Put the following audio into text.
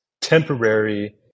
temporary